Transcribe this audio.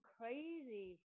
crazy